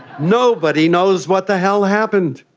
nobody knows what the hell happened.